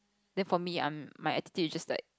then for me I'm my attitude is just like